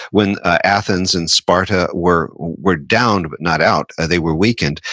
when athens and sparta were were down but not out, they were weakened.